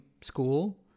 school